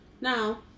Now